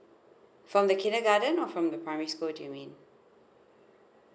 from the kindergarten or from the primary school do you mean